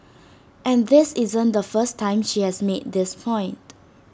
and this isn't the first time she has made this point